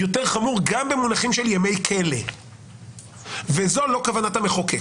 הוא יוצא יותר חמור גם במונחים של ימי כלא וזאת לא כוונת המחוקק.